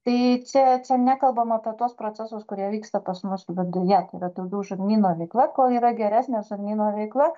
tai čia čia nekalbam apie tuos procesus kurie vyksta pas mus viduje tai yra daugiau žarnyno veikla kol yra geresnė žarnyno veikla